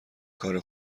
کار